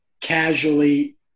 casually